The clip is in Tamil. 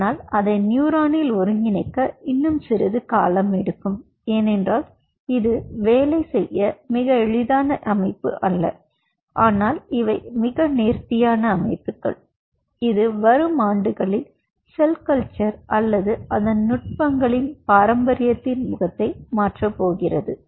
ஆனால் அதை நியூரானில் ஒருங்கிணைக்க இன்னும் சிறிது காலம் எடுக்கும் ஏனென்றால் இது வேலை செய்ய எளிதான அமைப்பு அல்ல ஆனால் இவை நேர்த்தியான அமைப்புகள் இது வரும் ஆண்டுகளில் செல் கல்ச்சர் அல்லது அதன் நுட்பங்கள் பாரம்பரியத்தின் முகத்தை மாற்றப் போகிறது